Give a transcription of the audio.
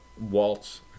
waltz